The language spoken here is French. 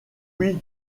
oui